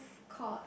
called